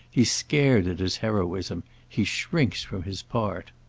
he's scared at his heroism he shrinks from his part.